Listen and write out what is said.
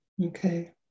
Okay